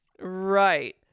Right